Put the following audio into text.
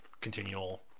continual